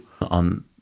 on